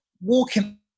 walking